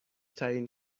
ترین